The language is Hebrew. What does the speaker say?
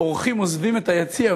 אורחים עוזבים את היציע.